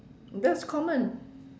that's common